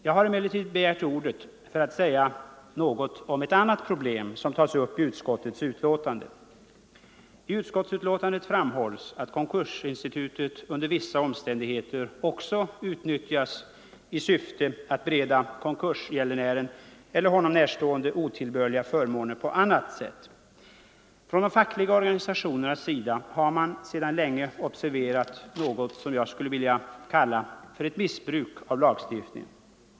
Jag har emellertid begärt ordet för att säga något om ett annat problem som tas upp i utskottets betänkande. I betänkandet framhålls att konkursinstitutet under vissa omständigheter också utnyttjas i syfte att bereda konkursgäldenären eller honom närstående otillbörliga förmåner på annat sätt. Från de fackliga organisationernas sida har man sedan länge observerat något som jag skulle vilja kalla för ett missbruk av lagstiftningen.